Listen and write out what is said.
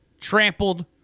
Trampled